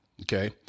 Okay